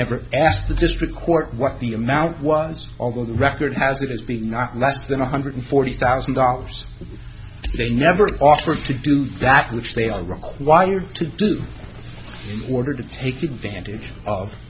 never asked the district court what the amount was although the record has it has been less than one hundred forty thousand dollars they never offer to do that which they are required to do order to take advantage of